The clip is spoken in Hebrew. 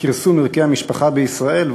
כרסום ערכי המשפחה בישראל,